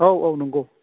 औ औ नंगौ